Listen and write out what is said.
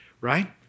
right